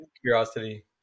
curiosity